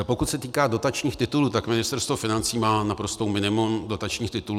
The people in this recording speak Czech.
Pokud se týká dotačních titulů, tak Ministerstvo financí má naprosté minimum dotačních titulů.